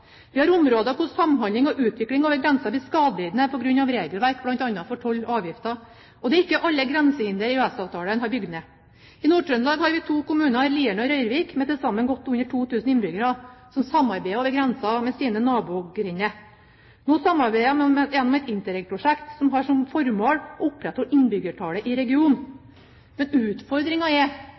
Vi har områder hvor samhandling og utvikling over grensen blir skadelidende på grunn av regelverk for bl.a. toll og avgifter. Det er ikke alle grensehindere EØS-avtalen har bygd ned. I Nord-Trøndelag har vi to kommuner, Lierne og Røyrvik, med til sammen godt under 2 000 innbyggere, som samarbeider med sine nabogrender over grensen. Nå samarbeider de om et Interreg-prosjekt som har som formål å opprettholde innbyggertallet i regionen. Men utfordringen er